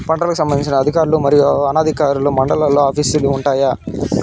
పంటలకు సంబంధించిన అధికారులు మరియు అనధికారులు మండలాల్లో ఆఫీస్ లు వుంటాయి?